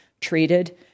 treated